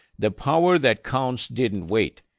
the power that counts didn't wait.